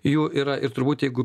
jų yra ir turbūt jeigu